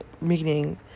meaning